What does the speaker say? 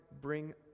bring